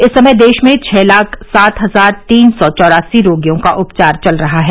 इस समय देश में छः लाख सात हजार तीन सौ चौरासी रोगियों का उपचार चल रहा है